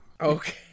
Okay